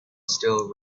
still